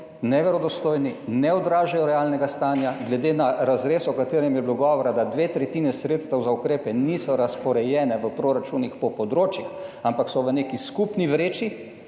Neverodostojni, ne odražajo realnega stanja glede na razrez, o katerem je bilo govora. Da dve tretjini sredstev za ukrepe nista razporejeni v proračunih po področjih, ampak sta v neki skupni vreči,